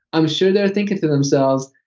i'm sure they're thinking to themselves,